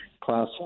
class